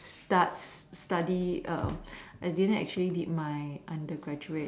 start study I didn't actually did my undergraduate